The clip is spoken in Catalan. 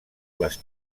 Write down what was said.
les